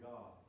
God